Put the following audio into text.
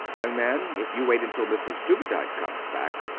young man if you wait until mrs dubedat comes back,